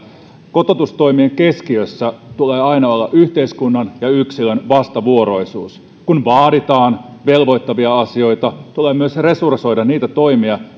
kotoutustoimien keskiössä tulee aina olla yhteiskunnan ja yksilön vastavuoroisuus kun vaaditaan velvoittavia asioita tulee myös resursoida niitä toimia